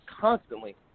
constantly